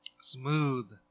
Smooth